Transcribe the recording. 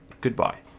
Goodbye